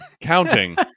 counting